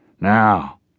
Now